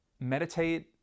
meditate